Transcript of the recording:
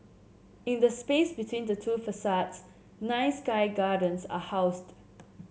in the space between the two facades nine sky gardens are housed